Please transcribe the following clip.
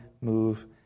move